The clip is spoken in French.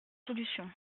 solutions